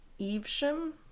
Evesham